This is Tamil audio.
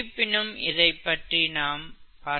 இருப்பினும் இதைப்பற்றி நாம் பார்க்கலாம்